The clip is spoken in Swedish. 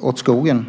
åt skogen.